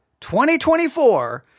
2024